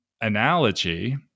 analogy